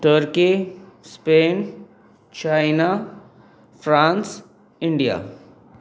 turkey Spain China France India